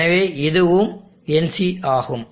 எனவே இதுவும் NC ஆகும்